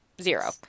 Zero